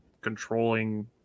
controlling